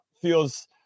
feels